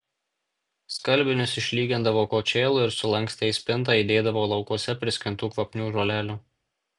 skalbinius išlygindavo kočėlu ir sulankstę į spintą įdėdavo laukuose priskintų kvapnių žolelių